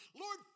Lord